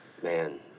Man